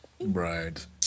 Right